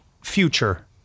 future